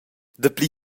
dapli